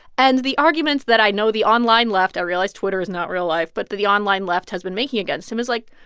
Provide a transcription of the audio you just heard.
and the argument that i know the online left i realize twitter is not real life, but that the online left has been making against him is like,